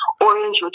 orange